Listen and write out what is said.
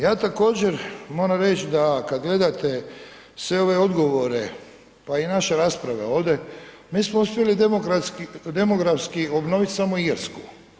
Ja također moram reći da kada gledate sve ove odgovore pa i naše rasprave ovdje mi smo uspjeli demografski obnoviti samo Irsku.